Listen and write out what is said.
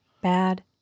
Bad